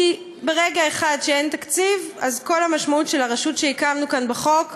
כי ברגע שאין תקציב אז כל המשמעות של הרשות שהקמנו כאן בחוק נעלמת.